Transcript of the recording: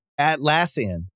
Atlassian